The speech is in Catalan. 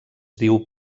diu